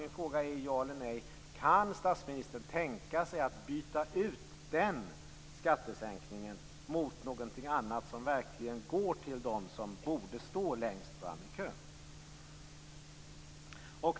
Min fråga är alltså - ja eller nej - om statsministern kan tänka sig att byta ut den skattesänkningen mot någonting annat som verkligen går till dem som borde stå längst fram i kön.